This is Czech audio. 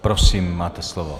Prosím, máte slovo.